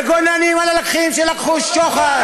מגוננים על אחרים שלקחו שוחד.